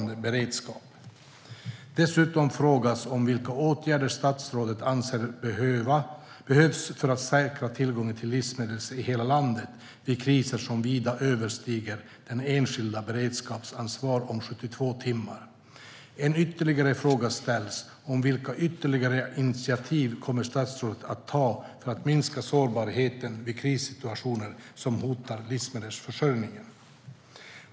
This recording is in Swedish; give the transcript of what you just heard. Dessutom frågas om vilka åtgärder statsrådet anser behövs för att säkra tillgången till livsmedel i hela landet vid kriser som vida överstiger den enskildes beredskapsansvar om 72 timmar. En ytterligare fråga ställs om vilka ytterligare initiativ statsrådet kommer att ta för att minska sårbarheten vid krissituationer som hotar livsmedelsförsörjningen.